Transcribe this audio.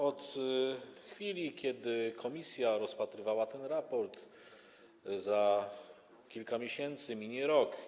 Od chwili kiedy komisja rozpatrywała ten raport, za kilka miesięcy minie rok.